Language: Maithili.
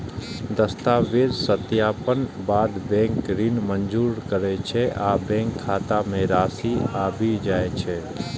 दस्तावेजक सत्यापनक बाद बैंक ऋण मंजूर करै छै आ बैंक खाता मे राशि आबि जाइ छै